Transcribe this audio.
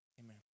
Amen